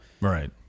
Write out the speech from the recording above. Right